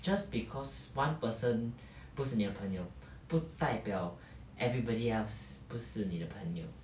just because one person 不是你的朋友不代表 everybody else 不是你的朋友